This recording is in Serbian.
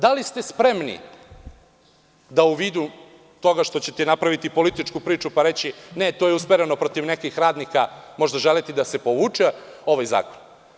Da li ste spremni da u vidu toga što ćete napraviti političku priču pa reći – ne to je usmereno protiv nekih radnika, možda želeti da se povuče ovaj zakon.